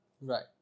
Right